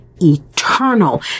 eternal